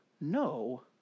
No